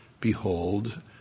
behold